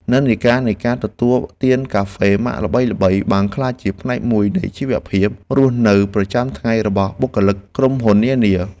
និន្នាការនៃការទទួលទានកាហ្វេម៉ាកល្បីៗបានក្លាយជាផ្នែកមួយនៃជីវភាពរស់នៅប្រចាំថ្ងៃរបស់បុគ្គលិកក្រុមហ៊ុននានា។